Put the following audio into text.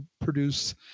produce